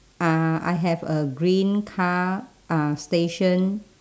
uh I have a green car uh stationed